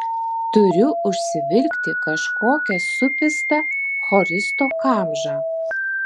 turiu užsivilkti kažkokią supistą choristo kamžą